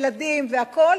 ילדים והכול,